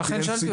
כי אין סיכוי,